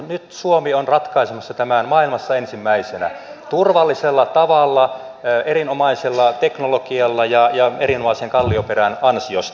nyt suomi on ratkaisemassa tämän maailmassa ensimmäisenä turvallisella tavalla erinomaisella teknologialla ja erinomaisen kallioperän ansiosta